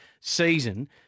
season